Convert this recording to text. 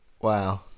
Wow